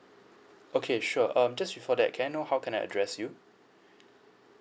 okay sure um just before that can know how can I address you